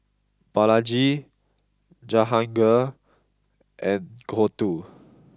Balaji Jahangir and Gouthu